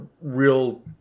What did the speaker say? real